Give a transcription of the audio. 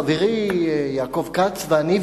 חברי יעקב כץ ואני,